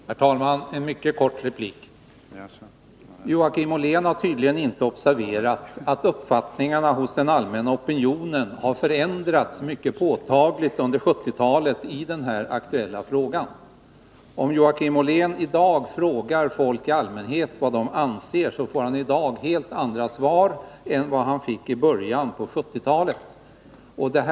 Herr talman! En mycket kort replik! Joakim Ollén har tydligen inte observerat att uppfattningarna hos den allmänna opinionen har förändrats mycket påtagligt under 1970-talet i den här aktuella frågan. Om Joakim Ollén frågar folk i allmänhet vad de anser får han i dag helt andra svar än vad han fick i början av 1970-talet.